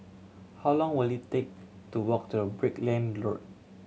how long will it take to walk to Brickland Road